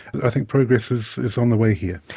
i think progress is is on the way here.